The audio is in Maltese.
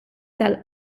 tal